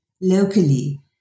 locally